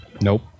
Nope